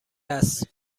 است